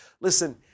Listen